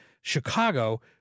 Chicago